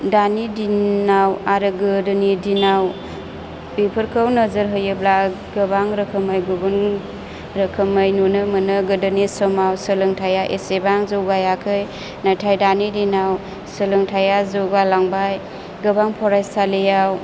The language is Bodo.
दानि दिनाव आरो गोदोनि दिनाव बेफोरखौ नोजोर होयोब्ला गोबां रोखोमै गुबुन रोखोमै नुनो मोनो गोदोनि समाव सोलोंथाइया एसेबां जौगायाखै नाथाय दानि दिनाव सोलोंथाइया जौगालांबाय गोबां फरायसालियाव